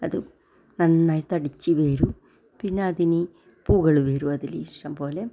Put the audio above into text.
അത് നന്നായി തടിച്ച് വരും പിന്നെ അതിന് പൂക്കൾ വരും അതിൽ ഇഷ്ടംപോലെ